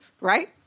right